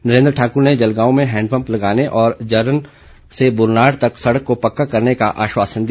नरेन्द्र ठाकुर ने जलगांव में हैंडपम्प लगाने और जरल से बुरनाड तक सड़क को पक्का करने का आश्वासन दिया